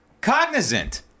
cognizant